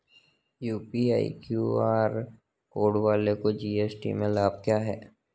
UPI QR code वालों को GST में लाभ क्या है?